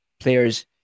players